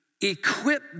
equip